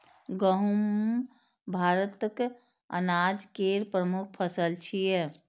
गहूम भारतक अनाज केर प्रमुख फसल छियै